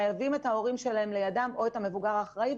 חייבים את המבוגר האחראי לידם,